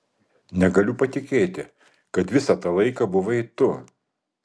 negaliu patikėti kad visą tą laiką buvai tu